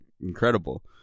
Incredible